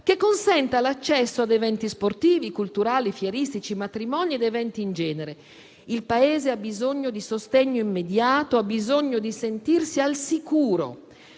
che consenta l'accesso ad eventi sportivi, culturali, fieristici, matrimoni ed eventi in genere. Il Paese ha bisogno di sostegno immediato, ha bisogno di sentirsi al sicuro